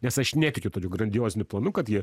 nes aš netikiu tokiu grandioziniu planu kad ji